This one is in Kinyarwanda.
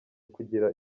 kugira